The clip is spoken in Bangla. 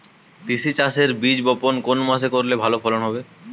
তিসি চাষের বীজ বপন কোন মাসে করলে ভালো ফলন হবে?